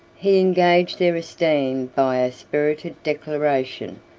he engaged their esteem by a spirited declaration,